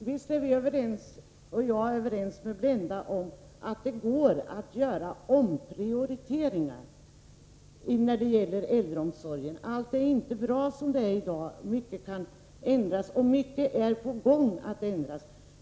Herr talman! Visst är jag överens med Blenda Littmarck om att det går att göra omprioriteringar inom äldreomsorgen. Allt är inte bra som det är i dag, mycket kan ändras och många förändringar är redan på gång.